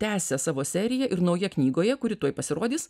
tęsia savo seriją ir nauja knygoje kuri tuoj pasirodys